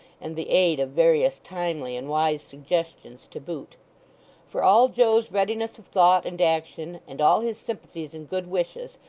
and the aid of various timely and wise suggestions to boot for all joe's readiness of thought and action, and all his sympathies and good wishes,